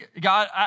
God